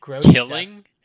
killing